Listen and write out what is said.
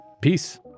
Peace